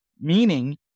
meaning